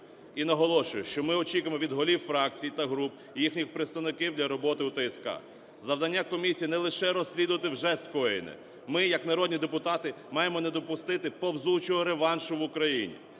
І наголошую, що ми очікуємо від голів фракцій та груп їхніх представників для роботи у ТСК. Завдання комісії – не лише розслідувати вже скоєне. Ми як народні депутати маємо не допустити повзучого реваншу в Україні.